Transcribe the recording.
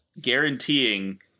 guaranteeing